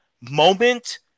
moment